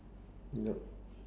yup